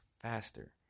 faster